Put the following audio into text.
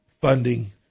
funding